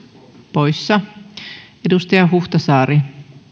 poissa edustaja huhtasaari